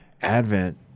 Advent